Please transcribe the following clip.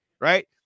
right